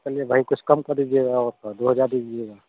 चलिए भाई कुछ कम कर दीजिएगा और क्या दो हजार दे दीजिएगा